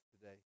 today